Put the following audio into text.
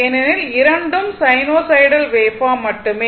ஏனெனில் இரண்டும் sinusoidal waveform மட்டுமே